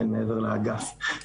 מעבר לאגף.